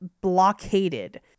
blockaded